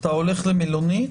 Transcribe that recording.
אתה הולך למלונית.